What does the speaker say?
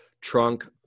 trunk